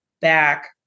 back